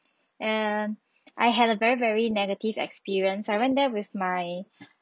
and I had a very very negative experience I went there with my